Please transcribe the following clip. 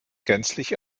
gänzlich